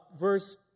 verse